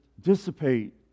dissipate